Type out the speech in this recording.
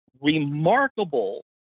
remarkable